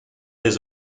his